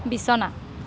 বিছনা